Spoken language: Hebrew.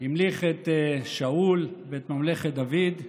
המליך את שאול ואת ממלכת דוד,